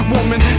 Woman